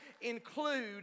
include